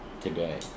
today